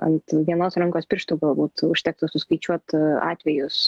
ant vienos rankos pirštų galbūt užtektų suskaičiuot atvejus